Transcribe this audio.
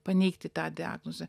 paneigti tą diagnozę